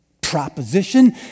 proposition